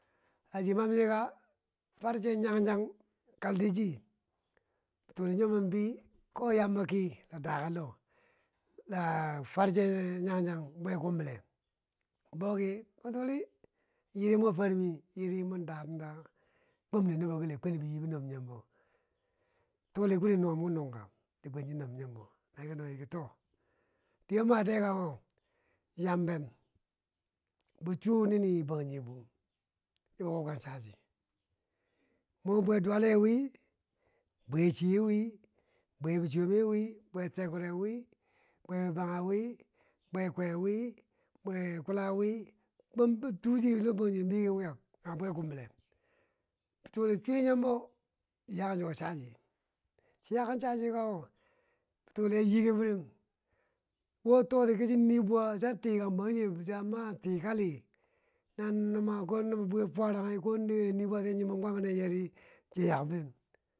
La chin mam ye ka far che yagjag kaltichi bituli cho yombo bee koyambo ki la daken lo, la farche yagjag bwe kumbile boki bituli yere mo farmi mun dam da kwam de nubo kile kwan yi yiye bi nomb yombe, bituli kwani nugom ka nunga kwan shi nomb yombo chiki noi ri ki toh dike a matiye to yambeb bi cho nini banjigebo yaba wabka chaji mur bwe duwale wii bwe chiye wii, bwe bisome wii bwen terkurewii bwe bibage wii, bwe kwa wi, bwe kula wii, bun choji banjigebo begen wiyak kage bwe kumbile bo bituli chobo bow yaken chiko chaji bituli yanyiken firen mo bituli muki mun yi bwa mwan tikan banjigebo cha ma tikali na numako bwiyo fwaragi nano yi bwatiye kwama necheri chi yang feren.